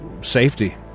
safety